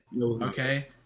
Okay